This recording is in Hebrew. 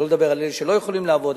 שלא לדבר על אלה שלא יכולים לעבוד,